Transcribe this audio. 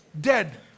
dead